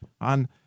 on